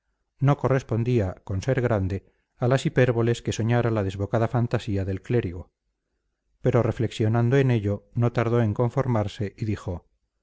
no correspondía con ser grande a las hipérboles que soñara la desbocada fantasía del clérigo pero reflexionando en ello no tardó en conformarse y dijo